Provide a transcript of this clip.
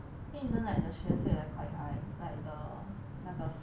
it isn't like the 学费 like quite high like the 那个 fee